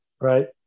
Right